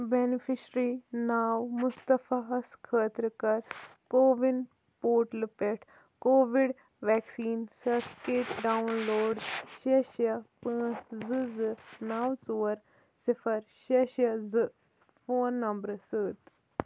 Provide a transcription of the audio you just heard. beneficiary ناو مُصطفیٰ ہَس خٲطرٕ کَر کَووِن پورٹلہٕ پٮ۪ٹھ Covid vaccine certificate download شےٚ شےٚ پانٛژ زٕ زٕ نَو ژور صفَر شےٚ شےٚ زٕ فون نمبرٕ سۭتۍ